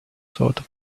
sort